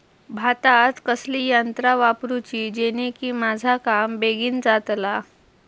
भातात कसली यांत्रा वापरुची जेनेकी माझा काम बेगीन जातला?